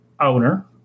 owner